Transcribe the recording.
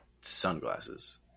Sunglasses